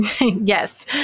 Yes